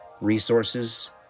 resources